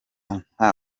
nta